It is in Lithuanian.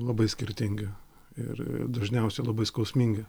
labai skirtingi ir dažniausia labai skausmingi